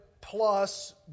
plus